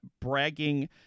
bragging